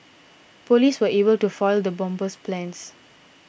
police were able to foil the bomber's plans